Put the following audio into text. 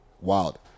Wild